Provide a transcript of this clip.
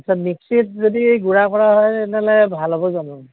আচ্ছা মিক্সিত যদি গুড়া কৰা হয় তেনেহ'লে ভাল হ'ব জানো